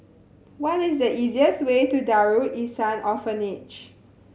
what is the easiest way to Darul Ihsan Orphanage